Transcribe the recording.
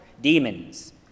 demons